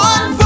One